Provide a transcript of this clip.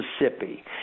Mississippi